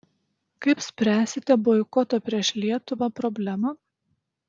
kaip spręsite boikoto prieš lietuvą problemą